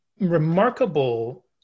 remarkable